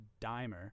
dimer